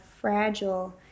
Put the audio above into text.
fragile